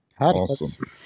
Awesome